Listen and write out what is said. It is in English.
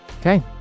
Okay